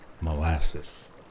molasses